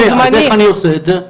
אז איך אני עושה את זה?